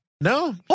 No